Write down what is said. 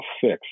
fix